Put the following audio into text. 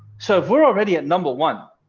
so we're already at number one.